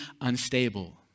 unstable